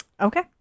okay